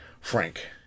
Frank